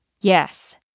Yes